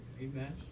Amen